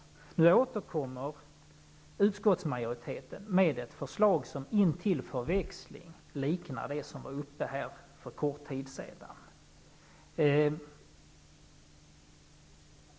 Nu återkommer utskottsmajoriteten med ett förslag som intill förväxling liknar det som togs upp för en kort tid sedan.